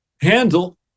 handle